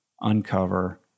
uncover